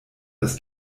das